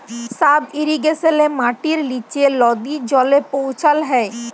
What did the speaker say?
sub ইরিগেশলে মাটির লিচে লদী জলে পৌঁছাল হ্যয়